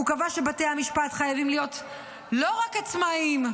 הוא קבע שבתי המשפט חייבים להיות לא רק עצמאיים,